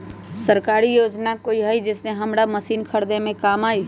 सरकारी योजना हई का कोइ जे से हमरा मशीन खरीदे में काम आई?